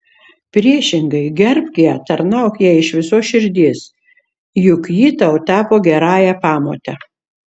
priešingai gerbk ją tarnauk jai iš visos širdies juk ji tau tapo gerąja pamote